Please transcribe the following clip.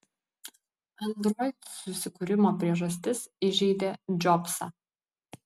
android susikūrimo priežastis įžeidė džobsą